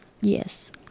yes